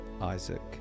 Isaac